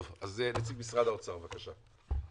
טוב, אז נציג משרד האוצר, בבקשה.